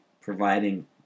providing